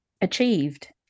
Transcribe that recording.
Achieved